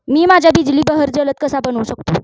मी माझ्या बिजली बहर जलद कसा बनवू शकतो?